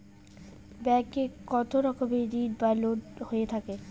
Bank এ কত রকমের ঋণ বা লোন হয়ে থাকে?